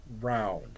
round